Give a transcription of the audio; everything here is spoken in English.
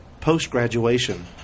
post-graduation